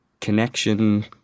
connection